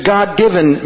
God-given